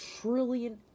trillion